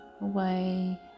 away